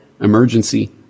emergency